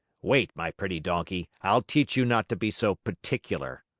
wait, my pretty donkey, i'll teach you not to be so particular.